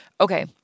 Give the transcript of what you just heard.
Okay